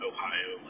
Ohio